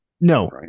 no